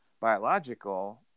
biological